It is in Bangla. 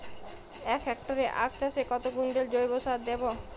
এক হেক্টরে আখ চাষে কত কুইন্টাল জৈবসার দেবো?